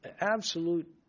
absolute